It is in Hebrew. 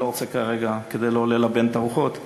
אני לא רוצה להגיד כרגע כדי לא ללבן את הרוחות,